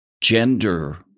gender